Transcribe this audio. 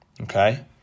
Okay